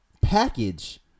package